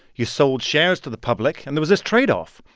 you sold shares to the public. and there was this tradeoff.